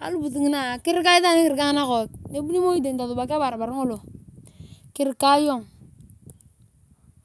aluput kirika itaan nakook nebuni moi tani tosubak ebarbar ngolo.